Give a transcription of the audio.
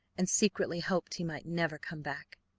and secretly hoped he might never come back.